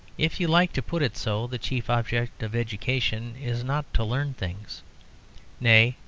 if you like to put it so, the chief object of education is not to learn things nay,